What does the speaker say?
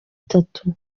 bitatu